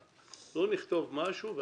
לא נכתוב משהו ואחר כך